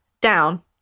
down